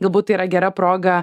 galbūt yra gera proga